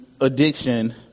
addiction